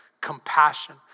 Compassion